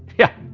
yeah,